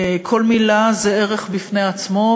כל מילה זה ערך בפני עצמו,